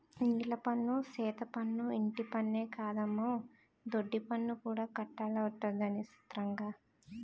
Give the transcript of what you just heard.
నీలపన్ను, సెత్తపన్ను, ఇంటిపన్నే కాదమ్మో దొడ్డిపన్ను కూడా కట్టాలటొదినా సిత్రంగా